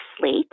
Slate